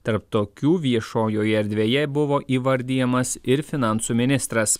tarp tokių viešojoje erdvėje buvo įvardijamas ir finansų ministras